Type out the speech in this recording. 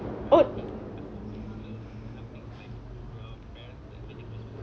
!ow!